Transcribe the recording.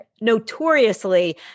notoriously